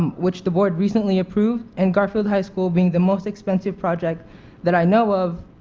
um which the board recently approved and garfield high school being the most expensive project that i know of,